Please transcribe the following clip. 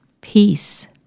peace